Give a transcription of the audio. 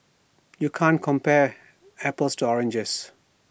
you can't compare apples to oranges